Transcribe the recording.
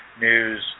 news